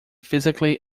physically